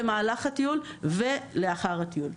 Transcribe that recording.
במהלך הטיול ולאחר הטיול.